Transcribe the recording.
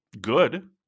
good